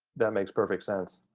that makes perfect sense.